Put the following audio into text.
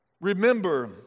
Remember